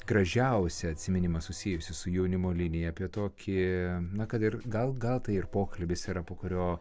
gražiausią atsiminimą susijusį su jaunimo linija apie tokį na kad ir gal gal tai ir pokalbis yra po kurio